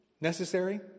necessary